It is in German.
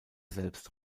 selbst